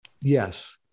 Yes